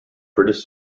british